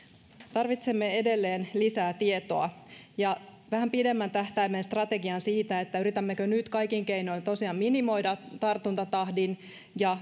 tarvitsemme edelleen lisää tietoa ja vähän pidemmän tähtäimen strategian siitä yritämmekö nyt kaikin keinoin tosiaan minimoida tartuntatahdin ja